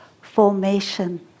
formation